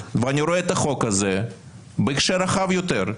ואני רואה את החוק הזה בהקשר רחב יותר,